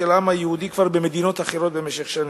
העם היהודי במדינות אחרות במשך שנים.